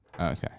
Okay